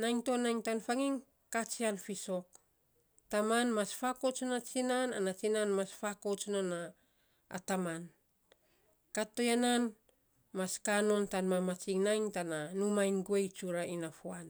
Nainy to nainy tan faging katsian fiisok, taman mas fakouts non a tsinan, ana tsinai mas fakouts non a taman. Kat toya nan mas kaa non koman na numaa iny guei tsura inafua.